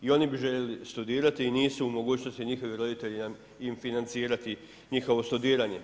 I oni bi željeli studirati i nisu u mogućnosti njihovi roditelji im financirati njihovo studiranje.